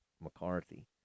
McCarthy